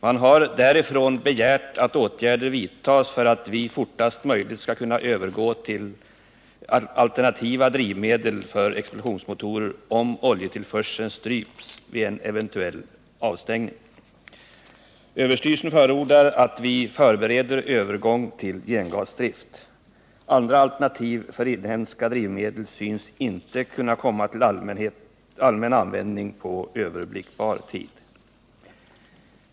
Man har därifrån begärt att åtgärder vidtas för att vi fortast möjligt skall kunna övergå till alternativa drivmedel för ÖEF förordar att vi förbereder övergång till gengasdrift. Andra alternativ för inhemska drivmedel synes inte kunna komma till allmän användning under överblickbar tid.